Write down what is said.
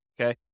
okay